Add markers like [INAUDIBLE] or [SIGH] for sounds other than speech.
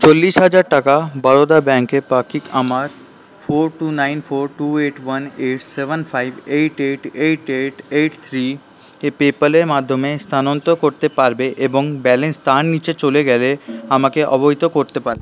চল্লিশ হাজার টাকা বরোদা ব্যাঙ্কে পাক্ষিক আমার four two nine four two eight one eight seven five eight eight eight eight eight three [UNINTELLIGIBLE] পেপ্যালের মাধ্যমে স্থানান্তর করতে পারবে এবং ব্যালেন্স তার নীচে চলে গেলে আমাকে অবহিত করতে পারবে